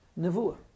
Nevuah